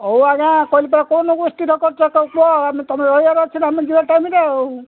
ହଉ ଆଜ୍ଞା କହିଲି ପରା କରୁଛ କୁହ ଆମେ ତୁମେ ରହିବାର ଅଛି ଆମେ ଯିବା ଟାଇମ୍ରେ ଆଉ